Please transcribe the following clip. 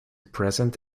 present